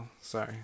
Sorry